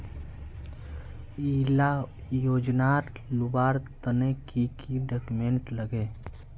इला योजनार लुबार तने की की डॉक्यूमेंट लगे?